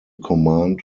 command